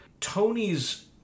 Tony's